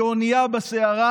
כאונייה בסערה,